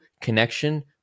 connection